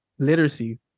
literacy